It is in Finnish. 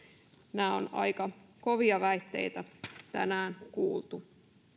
nämä ovat aika kovia väitteitä mitä on tänään kuultu